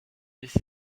this